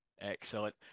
Excellent